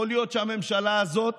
יכול להיות שהממשלה הזאת